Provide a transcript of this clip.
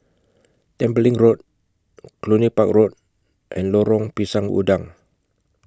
Tembeling Road Cluny Park Road and Lorong Pisang Udang